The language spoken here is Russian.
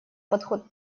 подход